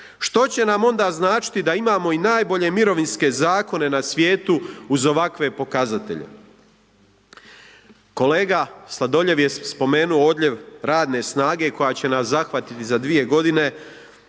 što će nam onda značiti da imamo i najbolje mirovinske zakone na svijetu uz ovakve pokazatelje. Kolega Sladoljev je spomenuo odljev radne snage koja će nas zahvatiti za 2 godine